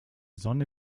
sonne